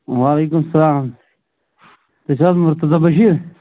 وعلیکم سلام تُہۍ چھو حظ مُرتزا بشیر